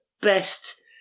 best